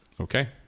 Okay